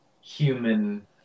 human